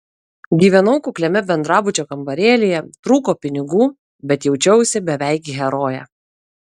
gyvenau kukliame bendrabučio kambarėlyje trūko pinigų bet jaučiausi beveik heroje